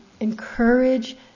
encourage